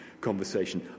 conversation